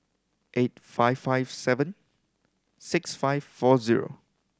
eight five five seven six five four zero